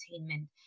entertainment